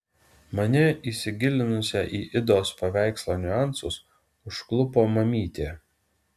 mane įsigilinusią į idos paveikslo niuansus užklupo mamytė